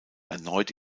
erneut